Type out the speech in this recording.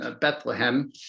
Bethlehem